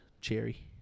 cherry